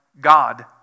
God